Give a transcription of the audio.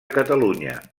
catalunya